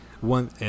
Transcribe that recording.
one